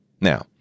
Now